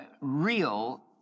real